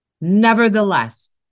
Nevertheless